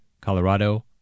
Colorado